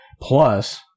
Plus